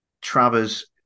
Travers